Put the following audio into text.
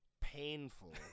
painful